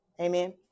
Amen